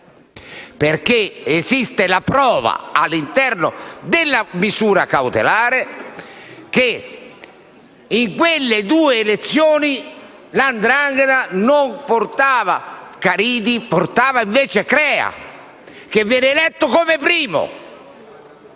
perché esiste la prova, all'interno della misura cautelare, che in quelle due elezioni la 'ndrangheta non portava Caridi; portava, invece, Crea, che viene eletto come primo.